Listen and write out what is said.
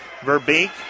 Verbeek